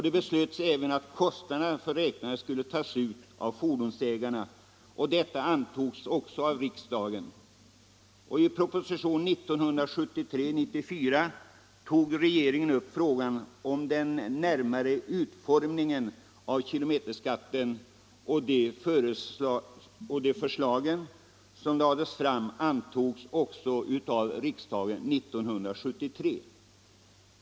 Det beslöts även att kostnaden för räknarna skulle tas ut av fordonsägarna. Detta beslutades även av riksdagen. I propositionen 1973:94 tog regeringen upp frågan om den närmare utformningen av kilometerskatten, och de förslag som lades fram antogs också av riksdagen 1973.